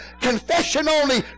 confession-only